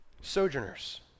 Sojourners